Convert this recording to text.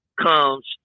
comes